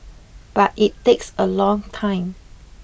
but it takes a long time